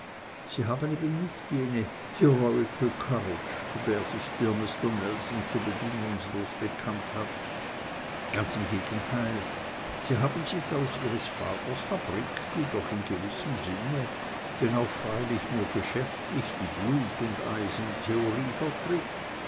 sie haben eben nicht jene heroical courage zu der sich dear mister nelson so bedingungslos bekannt hat ganz im gegenteil sie haben sich aus ihres vaters fabrik die doch in gewissem sinne wenn auch freilich nur geschäftlich die blut und eisentheorie vertritt